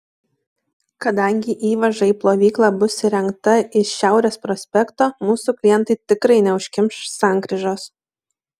kadangi įvaža į plovyklą bus įrengta iš šiaurės prospekto mūsų klientai tikrai neužkimš sankryžos